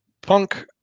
Punk